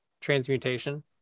Transmutation